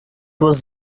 was